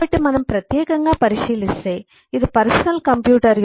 కాబట్టి మనం ప్రత్యేకంగా పరిశీలిస్తే ఇది పర్సనల్ కంప్యూటర్